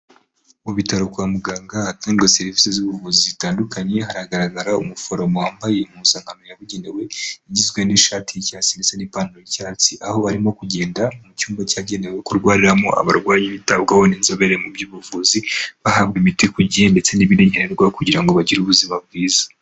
Mu bitaro kwa muganga ahatangwa serivisi z'ubuvuzi zitandukanye, haragaragara umuforomo wambaye impuzankano yabugenewe igizwe n'ishati y'icyatsi ndetse n'ipantaro y'icyatsi, aho barimo kugenda mu cyumba cyagenewe kurwariramo abarwayi bitabwaho n'inzobere mu by'ubuvuzi, bahabwa imiti ku gihe ndetse n'ibindi nkenerwa kugira ngo bagire ubuzima bwiza.